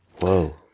Whoa